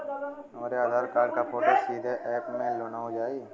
हमरे आधार कार्ड क फोटो सीधे यैप में लोनहो जाई?